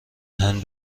هند